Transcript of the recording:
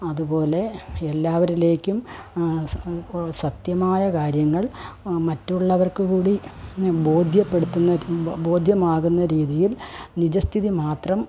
അതുപോലെ എല്ലാവരിലേക്കും സത്യമായ കാര്യങ്ങൾ മറ്റുള്ളവർക്കുകൂടി ബോധ്യപ്പെടുത്തുന്ന ബോധ്യമാകുന്ന രീതിയിൽ നിജസ്ഥിതി മാത്രം